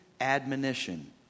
admonition